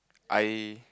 I